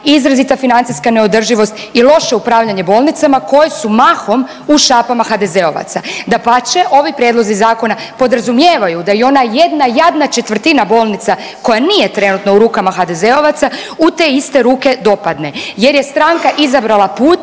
izrazita financijska neodrživost i loše upravljanje bolnicama koje su mahom u šapama HDZ-ovaca. Dapače, ovi prijedlozi zakona podrazumijevaju da i ona jedna jadna četvrtina bolnica koja nije trenutno u rukama HDZ-ovaca u te iste ruke dopadne jer je stranka izabrala put,